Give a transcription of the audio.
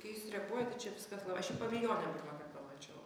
kai jis repuoja tai čia viskas la aš jį pavilijone pirmąkart pamačiau